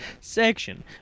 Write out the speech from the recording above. section